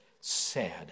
sad